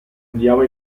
odiava